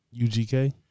UGK